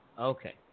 Okay